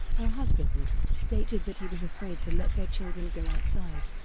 her husband, stated that he was afraid to let their children go outside.